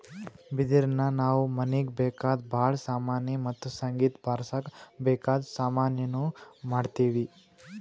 ಬಿದಿರಿನ್ದ ನಾವ್ ಮನೀಗ್ ಬೇಕಾದ್ ಭಾಳ್ ಸಾಮಾನಿ ಮತ್ತ್ ಸಂಗೀತ್ ಬಾರ್ಸಕ್ ಬೇಕಾದ್ ಸಾಮಾನಿನೂ ಮಾಡ್ತೀವಿ